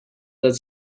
that